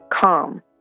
calm